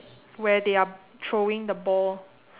where they are throwing the ball